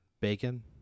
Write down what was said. Bacon